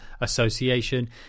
association